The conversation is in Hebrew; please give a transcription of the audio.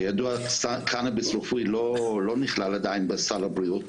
כידוע, קנביס רפואי לא נכלל עדיין בסל הבריאות,